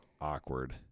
awkward